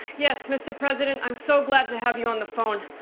yes mr. president i'm so glad to have you on the phone.